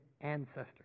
ancestors